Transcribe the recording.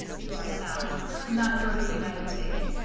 to our south not georgia, united states!